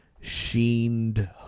sheened